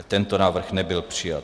Tento návrh nebyl přijat.